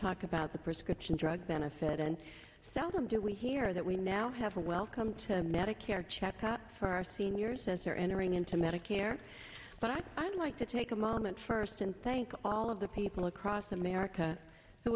talk about the prescription drug benefit and southam did we hear that we now have a welcome to medicare checkup for our seniors as they're entering into medicare but i'd like to take a moment first and thank all of the people across america who